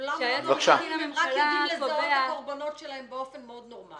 הם רק יודעים לזהות את הקורבנות שלהם באופן מאוד נורמלי.